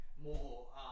More